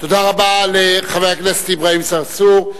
תודה רבה לחבר הכנסת אברהים צרצור.